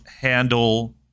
handle